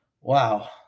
wow